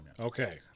Okay